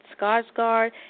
Skarsgård